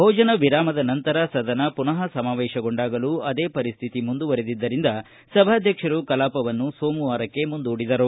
ಭೋಜನ ವಿರಾಮದ ನಂತರ ಸದನ ಪುನಃ ಸಮಾವೇಶಗೊಂಡಾಗಲೂ ಅದೇ ಪರಿಸ್ವಿತಿಮುಂದುವರೆದ್ದರಿಂದ ಸಭಾಧ್ಯಕ್ಷರು ಕಲಾಪವನ್ನು ಸೋಮವಾರಕ್ಕೆ ಮುಂದೂಡಿದರು